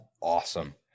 awesome